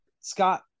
Scott